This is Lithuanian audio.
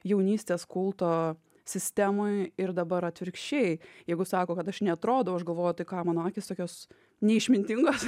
jaunystės kulto sistemoj ir dabar atvirkščiai jeigu sako kad aš neatrodau aš galvoju tai ką mano akys tokios neišmintingos